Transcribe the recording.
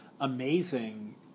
amazing